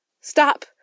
Stop